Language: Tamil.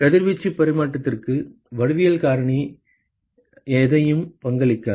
கதிர்வீச்சு பரிமாற்றத்திற்கு வடிவியல் காரணி எதையும் பங்களிக்காது